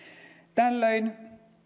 tällöin